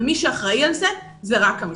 מי שאחראי על זה, זה רק המשרד.